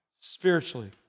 spiritually